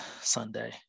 Sunday